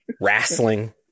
wrestling